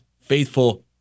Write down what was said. faithful